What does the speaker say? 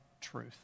truth